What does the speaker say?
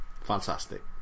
fantastic